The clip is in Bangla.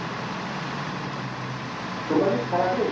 সোমবার কী সারা দিন